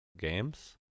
games